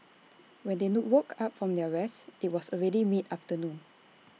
when they woke up from their rest IT was already mid afternoon